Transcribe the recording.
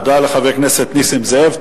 תודה לחבר הכנסת נסים זאב.